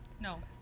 No